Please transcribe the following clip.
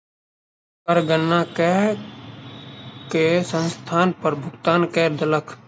कर गणना कय के संस्थान कर भुगतान कय देलक